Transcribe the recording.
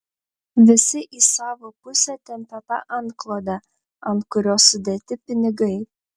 visi į savo pusę tempią tą antklodę ant kurios sudėti pinigai